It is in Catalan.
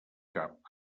cap